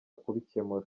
kubikemura